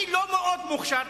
אני לא מאוד מוכשר,